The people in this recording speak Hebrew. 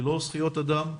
ללא זכויות אדם,